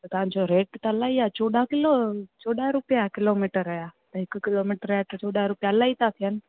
तव्हांजो रेट त अलाई आहे चौॾहं किलो चौॾहं रुपया किलोमीटर ॼा त हिकु किलोमीटर ॼा चौॾहं रुपया अलाही था थियनि